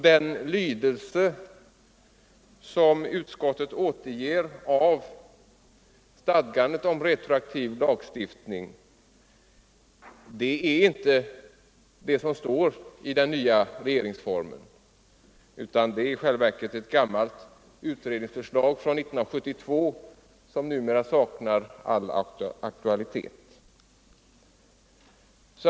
Den lydelse som utskottet återger av stadgandena om retroaktiv lagstiftning är inte den som står i den nya regeringsformen, utan den är i själva verket tagen ur ett gammalt utredningsförslag från 1972, vilket numera saknar all aktualitet.